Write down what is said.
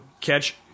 catch